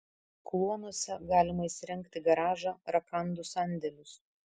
kluonuose galima įsirengti garažą rakandų sandėlius